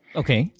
okay